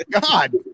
God